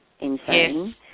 insane